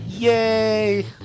Yay